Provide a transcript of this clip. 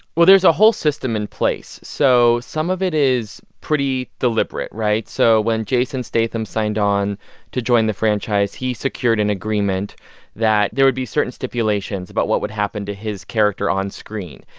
well, there's a whole system in place, so some of it is pretty deliberate, right? so when jason statham signed on to join the franchise, he secured an agreement that there would be certain stipulations about what would happen to his character on screen.